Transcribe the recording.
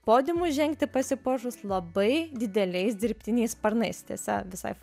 podiumu žengti pasipuošus labai dideliais dirbtiniais sparnais tiesa visai